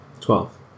Twelve